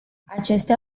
acestea